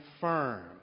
firm